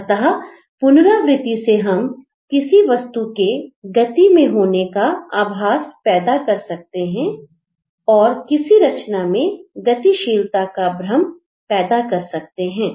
अतः पुनरावृति से हम किसी वस्तु के गति में होने का आभास पैदा कर सकते हैं और किसी रचना में गतिशीलता का भ्रम पैदा कर सकते हैं